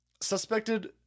suspected